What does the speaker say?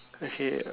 okay